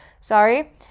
sorry